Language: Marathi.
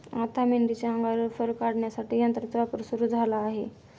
आता मेंढीच्या अंगावरील फर काढण्यासाठी यंत्राचा वापर सुरू झाला आहे